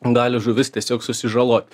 gali žuvis tiesiog susižalot